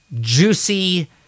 juicy